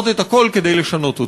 וצריך לעשות את הכול כדי לשנות אותו.